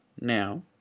Now